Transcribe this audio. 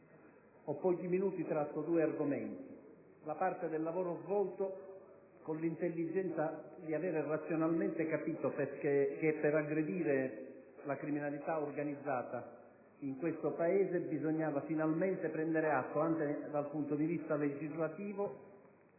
il primo dei quali concerne la parte del lavoro svolto con l'intelligenza di aver razionalmente capito che per aggredire la criminalità organizzata in questo Paese bisognava finalmente prendere atto, anche dal punto di vista legislativo,